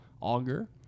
Auger